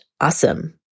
awesome